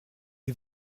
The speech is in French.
est